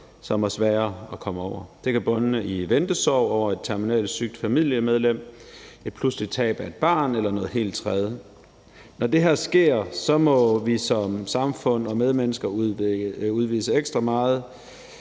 som er sværere at komme over. Det kan bunde i ventesorg over et terminalt sygt familiemedlem, et pludseligt tab af et barn eller noget helt tredje. Når det sker, må vi som samfund og medmennesker udvise ekstra meget